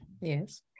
Yes